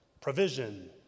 provision